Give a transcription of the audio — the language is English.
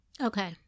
Okay